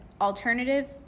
alternative